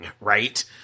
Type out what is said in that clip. right